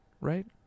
right